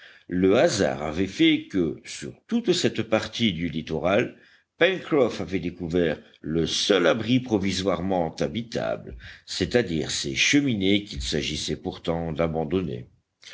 le hasard avait fait que sur toute cette partie du littoral pencroff avait découvert le seul abri provisoirement habitable c'est-à-dire ces cheminées qu'il s'agissait pourtant d'abandonner